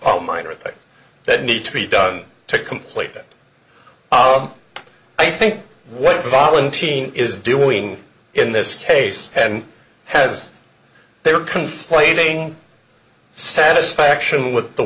all minor things that need to be done to complete that i think what falling team is doing in this case and has they are complaining satisfaction with the